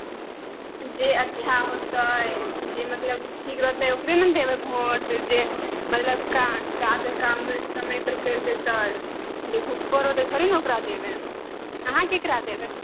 जे अच्छा होतै जे मतलब ठीक रहतै ओकरे ने देबै भोट जे मतलबके काजकाम जे समयपर करि देतै जे घुसखोर होतै थोड़े ने ओकरा देबै अहाँ ककरा देबै